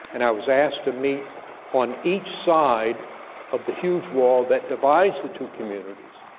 and i was asked to meet on each side of the huge wall that divides the two communities,